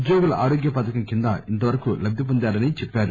ఉద్యోగుల ఆరోగ్య పథకం కింద ఇంతవరకు లబ్ది పొందారని చెప్పారు